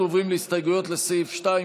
אנחנו עוברים להסתייגויות לסעיף 2,